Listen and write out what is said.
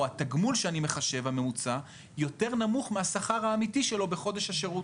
או התגמול הממוצע שאני מחשב נמוך מהשכר האמיתי שלו בחודש השירות.